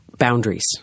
Boundaries